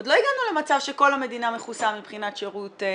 עוד לא הגענו למצב שכל המדינה מכוסה מבחינת שירות.